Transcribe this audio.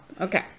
Okay